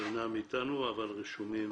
שאינם איתנו אבל רשומים